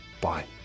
Bye